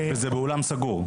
זה באולם סגור.